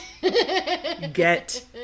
get